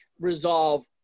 resolve